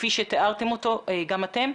כפי שתיארתם אותו גם אתם,